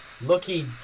Lucky